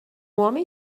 homem